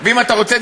ואם אתה רוצה,